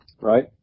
Right